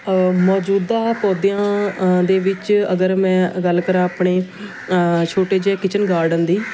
ਮੌਜੂਦਾ ਪੌਦਿਆਂ ਦੇ ਵਿੱਚ ਅਗਰ ਮੈਂ ਗੱਲ ਕਰਾਂ ਆਪਣੇ ਛੋਟੇ ਜਿਹੇ ਕਿਚਨ ਗਾਰਡਨ ਦੀ